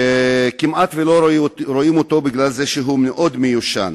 וכמעט שלא רואים אותו, משום שהוא מאוד מיושן.